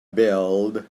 build